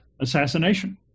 assassination